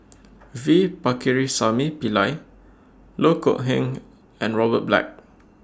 V Pakirisamy Pillai Loh Kok Heng and Robert Black